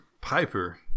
Piper